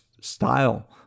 style